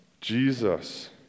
Jesus